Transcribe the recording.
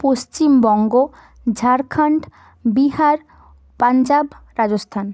Paschimbanga Jharkhand Bihar Punjab Rajasthan